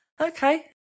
Okay